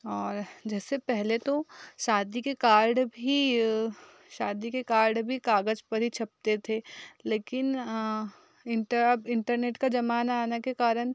और जैसे पहले तो शादी के कार्ड भी शादी के कार्ड भी कागज़ पर ही छपते थे लेकिन इंटरनेट का ज़माना आने के कारण